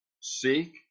Seek